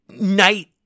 Night